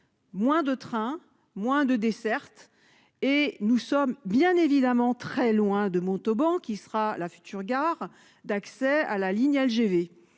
Moins de trains moins de desserte. Et nous sommes bien évidemment très loin de Montauban qui sera la future gare d'accès à la ligne LGV